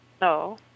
No